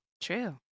True